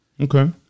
Okay